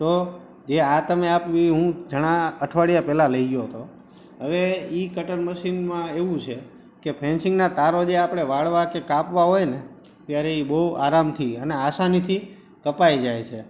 તો જે આ તમે આપ્યું એ હું જણા અઠવાડિયા પહેલાં લઇ ગયો હતો હવે એ કટર મશીનમાં એવું છે કે ફેન્સિંગના તાર જે આપણે વાળવા કે કાપવા હોય ને ત્યારે એ બહુ આરામથી અને આસાનીથી કપાઇ જાય છે